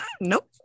Nope